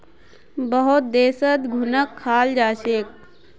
बहुत देशत घुनक खाल जा छेक